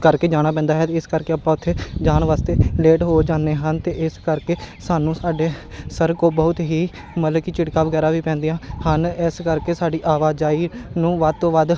ਕਰਕੇ ਜਾਣਾ ਪੈਂਦਾ ਹੈ ਇਸ ਕਰਕੇ ਆਪਾਂ ਉੱਥੇ ਜਾਣ ਵਾਸਤੇ ਲੇਟ ਹੋ ਜਾਂਦੇ ਹਨ ਅਤੇ ਇਸ ਕਰਕੇ ਸਾਨੂੰ ਸਾਡੇ ਸਰ ਕੋਲ ਬਹੁਤ ਹੀ ਮਤਲਬ ਕਿ ਝਿੜਕਾਂ ਵਗੈਰਾ ਵੀ ਪੈਂਦੀਆ ਹਨ ਇਸ ਕਰਕੇ ਸਾਡੀ ਆਵਾਜਾਈ ਨੂੰ ਵੱਧ ਤੋਂ ਵੱਧ